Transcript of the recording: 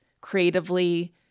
creatively